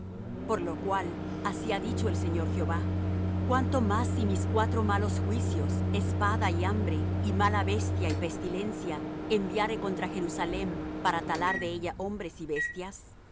por lo cual así ha dicho el señor jehová cuánto más si mis cuatro malos juicios espada y hambre y mala bestia y pestilencia enviare contra jerusalem para talar de ella hombres y bestias